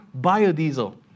biodiesel